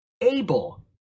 able